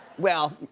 well,